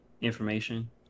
information